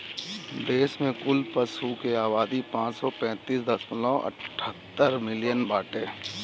देश में कुल पशु के आबादी पाँच सौ पैंतीस दशमलव अठहत्तर मिलियन बाटे